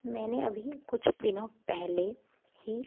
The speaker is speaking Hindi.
मैंने अभी कुछ दिनों पहले ही